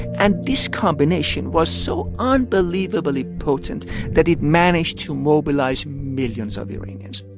and this combination was so unbelievably potent that it managed to mobilize millions of iranians